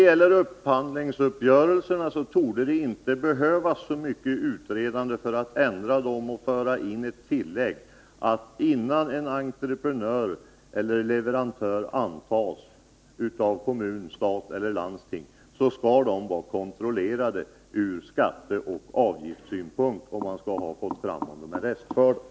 Det torde inte behövas så mycket utredande för att ändra upphandlingskungörelsen och föra in ett tillägg, att innan en entreprenör eller leverantör att effektivisera indrivningen av obetalda skatter och avgifter antas av kommun, stat eller landsting skall det kontrolleras om vederbörande är restförd för obetalda skatter och avgifter.